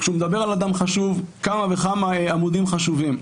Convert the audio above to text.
כשהוא מדבר על אדם חשוב, כמה וכמה עמודים חשובים.